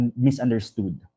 misunderstood